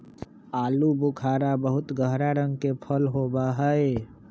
आलू बुखारा बहुत गहरा लाल रंग के फल होबा हई